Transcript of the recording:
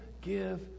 give